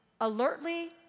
alertly